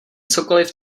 cokoliv